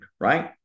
right